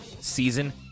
Season